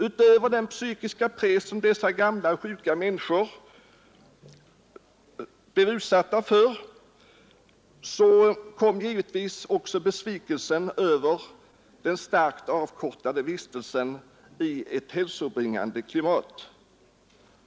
Utöver den psykiska press, som dessa gamla och sjuka människor utsattes för genom det hastiga uppbrottet, kom givetvis besvikelsen över den starkt avkortade vistelsen i ett hälsobringande klimat.